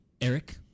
Eric